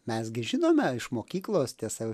mes gi žinome iš mokyklos tiesa jau